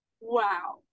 wow